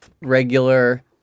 regular